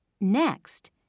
Next